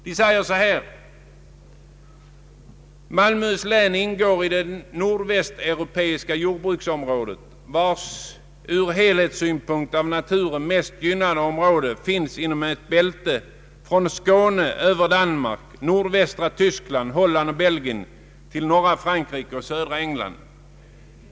Lantbruksnämnden skriver: ”Malmöhus län ingår i det nordvästeuropeiska jordbruksområdet, vars ur helhetssynpunkt av naturen mest gynnade områden finns inom ett bälte från Skåne över Danmark, Nordvästra Tyskland, Holland och Belgien till norra Frankrike och södra England.